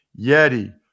Yeti